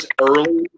early